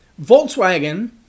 Volkswagen